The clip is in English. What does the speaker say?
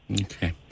Okay